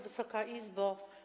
Wysoka Izbo!